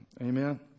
Amen